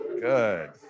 Good